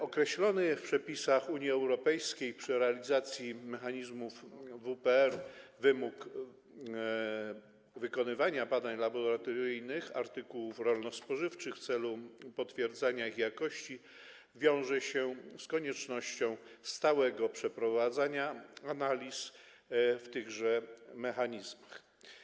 Określony w przepisach Unii Europejskiej przy realizacji mechanizmów WPR wymóg wykonywania badań laboratoryjnych artykułów rolno-spożywczych w celu potwierdzenia ich jakości wiąże się z koniecznością stałego przeprowadzania analiz w tychże mechanizmach.